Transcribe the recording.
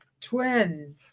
Twin